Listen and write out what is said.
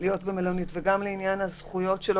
להיות במלונית וגם לעניין הזכויות שלו